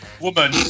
Woman